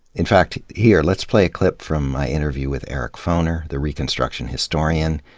in fact, here, let's play a clip from my interview with eric foner, the reconstruction historian.